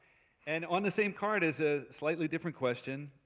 and on the same card is a slightly different question.